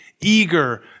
eager